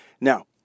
Now